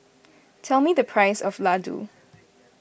tell me the price of Ladoo